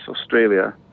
Australia